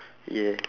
yeah